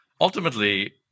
Ultimately